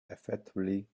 effectively